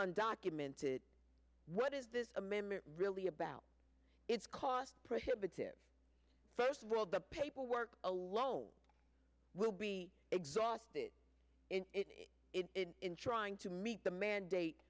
undocumented what is this amendment really about it's cost prohibitive first world the paperwork alone will be exhausted in trying to meet the mandate